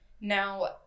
Now